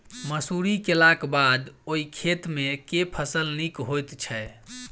मसूरी केलाक बाद ओई खेत मे केँ फसल नीक होइत छै?